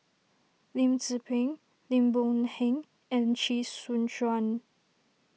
Lim Tze Peng Lim Boon Heng and Chee Soon Juan